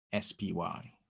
SPY